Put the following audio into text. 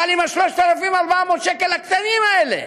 אבל עם 3,400 השקל הקטנים האלה,